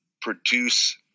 produce